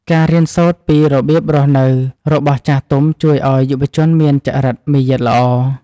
ការរៀនសូត្រពីរបៀបរស់នៅរបស់ចាស់ទុំ ជួយឱ្យយុវជនមានចរិតមារយាទល្អ។